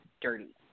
dirty